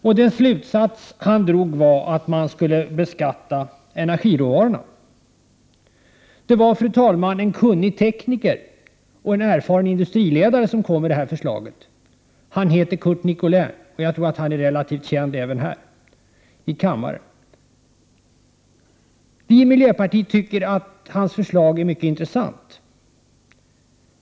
Den slutsats talaren drog var att man skulle beskatta energiråvarorna. Det var, fru talman, en kunnig tekniker och en erfaren industriledare som lade fram detta förslag. Han heter Curt Nicolin, och jag tror att han är relativt känd även här i kammaren. Vi i miljöpartiet tycker att hans förslag är mycket intressant.